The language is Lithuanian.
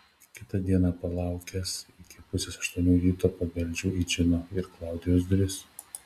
kitą dieną palaukęs iki pusės aštuonių ryto pabeldžiau į džino ir klaudijos duris